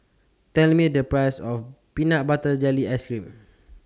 Tell Me The Price of Peanut Butter Jelly Ice Cream